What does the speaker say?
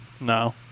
No